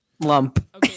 Lump